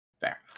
Fair